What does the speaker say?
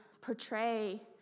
portray